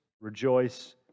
rejoice